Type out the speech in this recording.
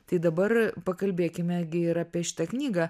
tai dabar pakalbėkime gi ir apie šitą knygą